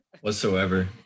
whatsoever